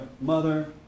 mother